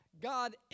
God